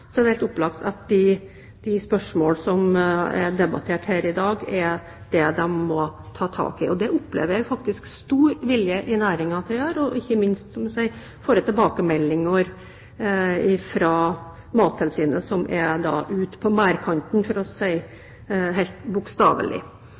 de spørsmålene som er debattert her i dag. Det opplever jeg faktisk at det er stor vilje i næringen til å gjøre, og ikke minst, som jeg sa, får jeg tilbakemeldinger fra Mattilsynet, som er ute på merdekanten, for å si